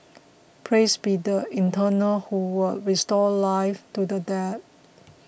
praise be the Eternal who will restore life to the dead